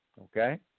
Okay